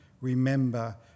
remember